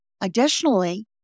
Additionally